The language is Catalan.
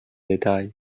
detall